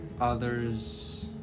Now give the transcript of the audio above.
others